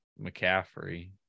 McCaffrey